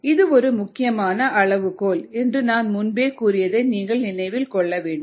இது ஒரு முக்கியமான அளவுகோல் என்று நான் முன்பு கூறியதை நீங்கள் நினைவில் கொள்ள வேண்டும்